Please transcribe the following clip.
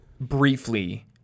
briefly